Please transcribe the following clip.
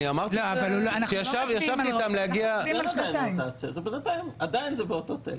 אני אמרתי את זה כשישבתי איתם להגיע -- זה בינתיים עדיין זה באותו תלם.